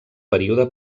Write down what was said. període